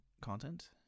content